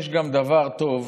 יש גם דבר טוב